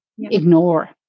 ignore